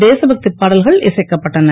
தேசபக்தி பாடல்கள் இசைக்கப்பட்டன